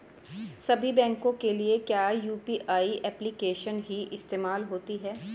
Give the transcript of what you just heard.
सभी बैंकों के लिए क्या यू.पी.आई एप्लिकेशन ही इस्तेमाल होती है?